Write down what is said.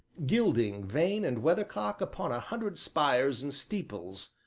gilding vane and weathercock upon a hundred spires and steeples,